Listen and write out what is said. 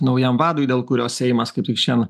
naujam vadui dėl kurio seimas kaip tik šian